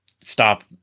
stop